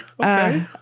Okay